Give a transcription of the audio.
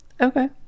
Okay